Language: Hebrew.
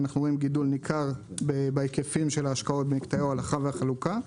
אנחנו רואים גידול ניכר בהיקפים של ההשקעות במקטעי ההולכה והחלוקה.